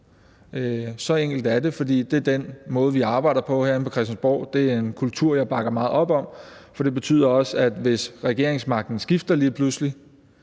Så enkelt er det, fordi det er den måde, vi arbejder på herinde på Christiansborg. Det er en kultur, jeg bakker meget op om, for det betyder også, at hvis regeringsmagten lige pludselig